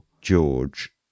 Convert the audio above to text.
George